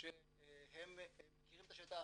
שהם מכירים את השטח,